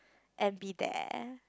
and be there